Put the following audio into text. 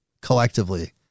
collectively